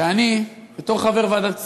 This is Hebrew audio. כשאני, בתור חבר ועדת הכספים,